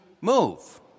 move